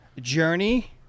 Journey